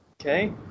okay